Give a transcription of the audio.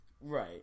Right